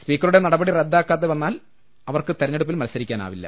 സ്പീക്കറുടെ നടപടി റദ്ദാക്കാതെ വന്നാൽ അവർക്ക് തെരഞ്ഞെടുപ്പിൽ മത്സരിക്കാവില്ല